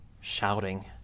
shouting